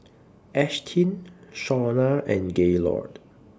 Ashtyn Shauna and Gaylord